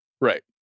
Right